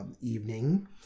evening